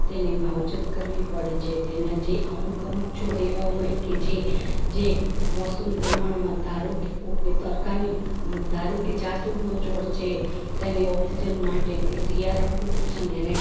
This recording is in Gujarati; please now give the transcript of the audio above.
તેની માવજત કરવી પડે છે તેને જે અમુક અમુક છોડ એવા હોય કે જે જે મોસમ પ્રમાણમાં ધારો કે કોકને તડકાને ધારો કે જાસૂદનો છોડ છે તેને ઑક્સીજન માટે તે શિયાળા પૂરતું છે ને એને